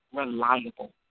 reliable